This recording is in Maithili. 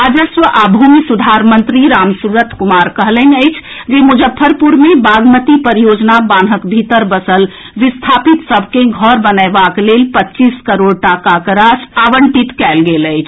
राजस्व आ भूमि सुधार मंत्री रामसूरत कुमार कहलनि अछि जे मुजफ्फरपुर मे बागमती परियोजना बान्हक भीतर बसल विस्थापित सभ के घर बनएबाक लेल पच्चीस करोड़ टाकाक राशि आवंटित कएल गेल अछि